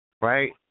Right